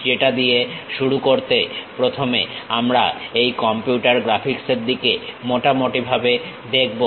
সেটা দিয়ে শুরু করতে প্রথমে আমরা এই কম্পিউটার গ্রাফিক্সের দিকে মোটামুটিভাবে দেখব